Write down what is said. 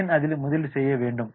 ஏன் அதில் முதலீடு செய்ய வேண்டும்